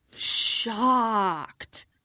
Shocked